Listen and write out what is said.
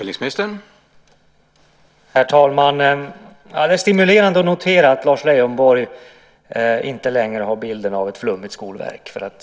Herr talman! Det är stimulerande att notera att Lars Leijonborg inte längre har bilden av ett flummigt skolverk.